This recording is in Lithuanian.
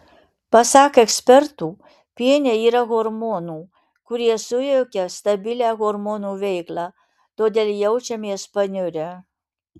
pasak ekspertų piene yra hormonų kurie sujaukia stabilią hormonų veiklą todėl jaučiamės paniurę